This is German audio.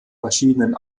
verschiedenen